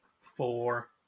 Four